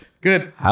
Good